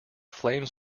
flames